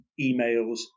emails